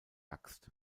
axt